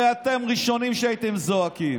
הרי אתם ראשונים שהייתם זועקים.